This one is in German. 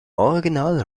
original